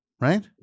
Right